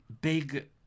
big